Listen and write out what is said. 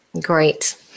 Great